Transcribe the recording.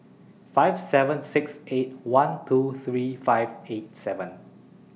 five seven six eight one two three five eight seven